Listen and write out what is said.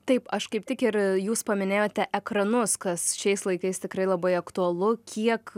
taip aš kaip tik ir jūs paminėjote ekranus kas šiais laikais tikrai labai aktualu kiek